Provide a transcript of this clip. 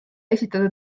esitada